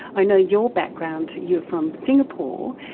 i know your background, you're from singapore.